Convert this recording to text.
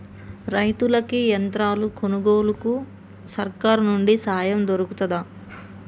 రైతులకి యంత్రాలు కొనుగోలుకు సర్కారు నుండి సాయం దొరుకుతదా?